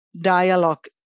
dialogue